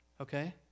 okay